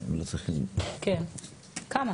כמה?